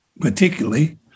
particularly